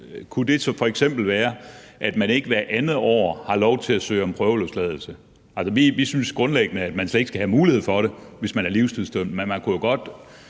Kunne det så f.eks. være, at man ikke hvert andet år har lov til at søge om prøveløsladelse? Vi synes grundlæggende, at man slet ikke skal have mulighed for det, hvis man er livstidsdømt,